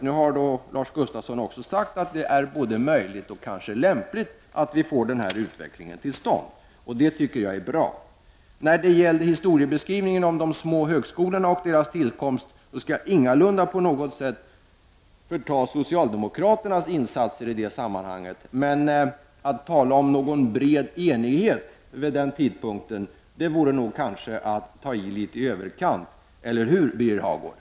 Nu har Lars Gustafsson också sagt att det är möjligt och kanske också lämpligt att denna utveckling kommer till stånd. Jag tycker att det är bra. När det gäller historieskrivningen om de små högskolorna och deras tillkomst, skall jag ingalunda förta socialdemokraternas insatser i det sammanhanget. Men att tala om en bred enighet vid den tidpunkten vore kanske att ta i litet i överkant. Eller hur, Birger Hagård?